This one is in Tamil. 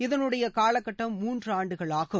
இதனுடைய காலகட்டம் மூன்று ஆண்டுகள் ஆகும்